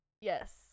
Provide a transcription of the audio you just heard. Yes